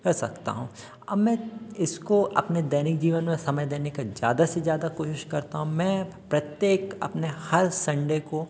कर सकता हूँ अब मैं इसको अपने दैनिक जीवन में समय देने के ज़्यादा से ज़्यादा कोशिश करता हूँ मैं प्रत्येक अपने हर संडे को